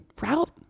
route